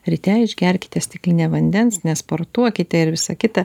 ryte išgerkite stiklinę vandens nesportuokite ir visa kita